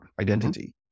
identity